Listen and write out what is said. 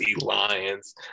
Lions